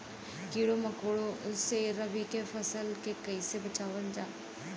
कीड़ों मकोड़ों से रबी की फसल के कइसे बचावल जा?